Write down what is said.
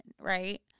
right